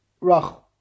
Rachel